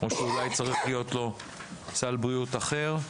או שאולי צריך להיות לו סל בריאות אחר.